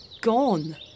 gone